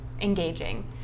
engaging